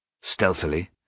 Stealthily